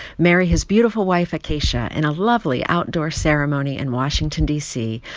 marry his beautiful wife, acacia, in a lovely outdoor ceremony in washington, d c,